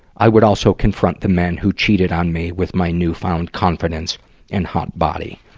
i would also confront the men who cheated on me with my newfound confidence and hot body.